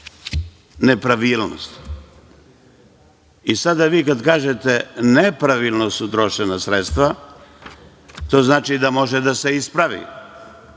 vi kada kažete nepravilno su trošena sredstva, to znači da može da se ispravi.